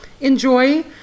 enjoy